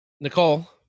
Nicole